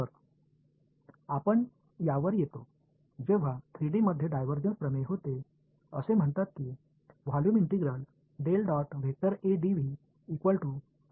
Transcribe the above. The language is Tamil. எனவே அதற்குத்தான் நாங்கள் வருகிறோம் 3D இல் டைவர்ஜன்ஸ் தேற்றம் என்னிடம் இருக்கும்போது அது கூறியது